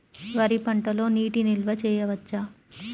వరి పంటలో నీటి నిల్వ చేయవచ్చా?